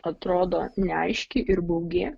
atrodo neaiški ir baugi